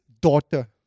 daughter